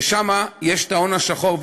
ששם ישנו ההון השחור,